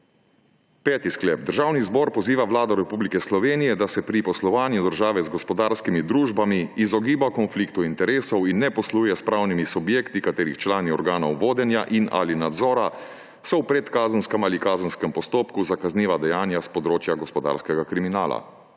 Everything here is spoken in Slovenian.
Peti sklep: Državni zbor poziva Vlado Republike Slovenije, da se pri poslovanju države z gospodarskimi družbami izogiba konfliktu interesov in ne posluje s pravnimi subjekti, katerih člani organov vodenja in ali nadzora so v predkazenskem ali kazenskem postopku za kazniva dejanja s področja gospodarskega kriminala.